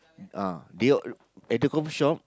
ah they at the coffeeshop